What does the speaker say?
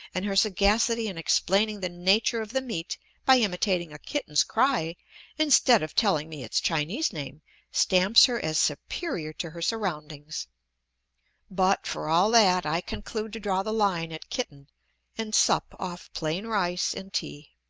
and her sagacity in explaining the nature of the meat by imitating a kitten's cry instead of telling me its chinese name stamps her as superior to her surroundings but, for all that, i conclude to draw the line at kitten and sup off plain rice and tea.